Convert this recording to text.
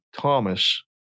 Thomas